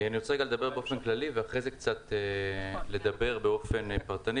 אני רוצה לדבר באופן כללי ואחרי כן לדבר באופן פרטני